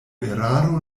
eraro